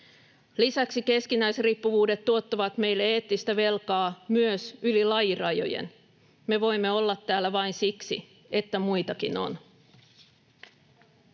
Lisäksi keskinäisriippuvuudet tuottavat meille eettistä velkaa myös yli lajirajojen. Me voimme olla täällä vain siksi, että muitakin on.